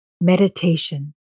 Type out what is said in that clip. Meditation